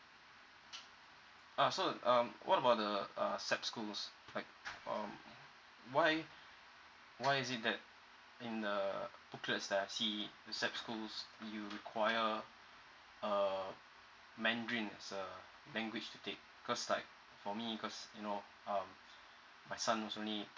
uh so um what about the uh S_A_P schools like um why why is it that in a booklet that I see the S_A_P school it will require uh mandarin as a language to take cause like for me because you know um my son is only